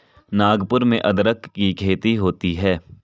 नागपुर में अदरक की खेती होती है